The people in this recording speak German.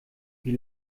wie